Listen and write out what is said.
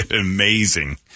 amazing